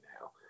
now